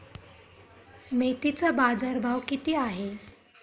मेथीचा बाजारभाव किती आहे?